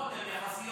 החובות הן יחסיות.